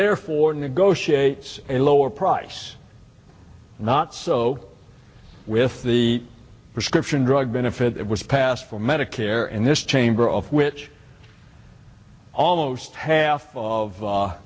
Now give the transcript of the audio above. therefore negotiates a lower price not so with the prescription drug benefit was passed from medicare and this chamber of which almost half of